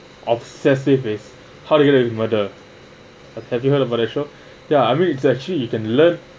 obsessive is how to get away with murder have you heard about the show ya I mean it's actually you can learn